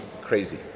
crazy